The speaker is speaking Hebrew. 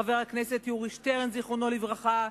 חבר הכנסת יורי שטרן זיכרונו לברכה,